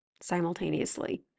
simultaneously